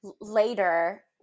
later